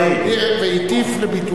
והטיף לביטולו.